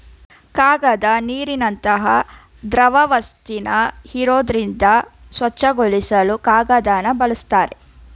ಕಾಗದ ನೀರಿನಂತ ದ್ರವವಸ್ತುನ ಹೀರೋದ್ರಿಂದ ಸ್ವಚ್ಛಗೊಳಿಸಲು ಕಾಗದನ ಬಳುಸ್ತಾರೆ